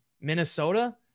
Minnesota